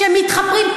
כשמתחפרים,